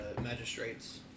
magistrates